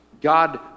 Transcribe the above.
God